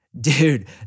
Dude